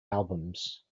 albums